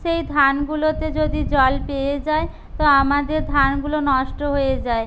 সেই ধানগুলোতে যদি জল পেয়ে যায় তো আমাদের ধানগুলো নষ্ট হয়ে যায়